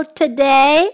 today